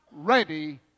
ready